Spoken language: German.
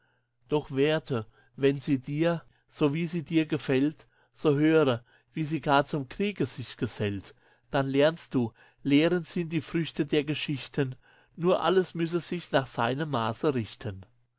doch werthe wenn sie die so wie sie dir gefällt so höre wie sie gar zum kriege sich gesellt dann lernst du lehren sind die früchte der geschichten nur alles müsse sich nach seinem maße richten